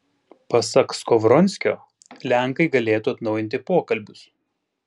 pasak skovronskio lenkai galėtų atnaujinti pokalbius